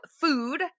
food